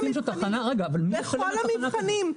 ----- אנחנו עומדים בכל המבחנים.